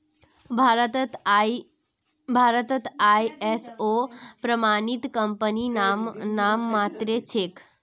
भारतत आई.एस.ओ प्रमाणित कंपनी नाममात्रेर छेक